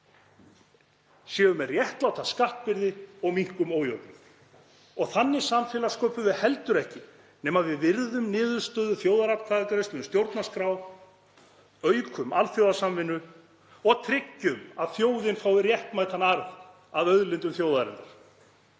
séum með réttláta skattbyrði og minnkum ójöfnuð. Þannig samfélag sköpum við heldur ekki nema við virðum niðurstöðu þjóðaratkvæðagreiðslu um stjórnarskrá, aukum alþjóðasamvinnu og tryggjum að þjóðin fái réttmætan arð af auðlindum þjóðarinnar